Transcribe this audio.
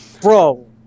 bro